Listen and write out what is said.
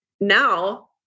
now